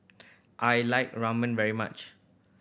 I like Ramen very much